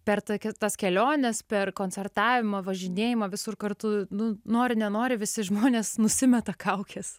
per tokia tas keliones per koncertavimą važinėjimą visur kartu nu nori nenori visi žmonės nusimeta kaukes